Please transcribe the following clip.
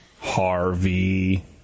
Harvey